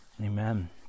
Amen